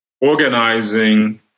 organizing